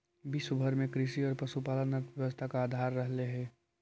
विश्व भर में कृषि और पशुपालन अर्थव्यवस्था का आधार रहलई हे